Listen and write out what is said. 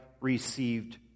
received